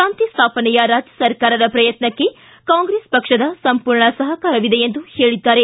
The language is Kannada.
ಶಾಂತಿ ಸ್ಥಾಪನೆಯ ರಾಜ್ಯ ಸರ್ಕಾರದ ಪ್ರಯತ್ನಕ್ಕೆ ಕಾಂಗ್ರೆಸ್ ಪಕ್ಷದ ಸಂಪೂರ್ಣ ಸಹಕಾರವಿದೆ ಎಂದು ಹೇಳಿದ್ದಾರೆ